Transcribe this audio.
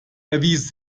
erwies